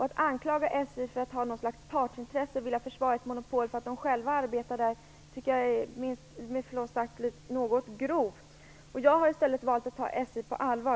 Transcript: Att anklaga SJ för att ha något slags partsintresse och att man vill försvara ett monopol för att man själv arbetar där tycker jag med förlov sagt är något grovt. Jag har i stället valt att ta SJ på allvar.